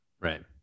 right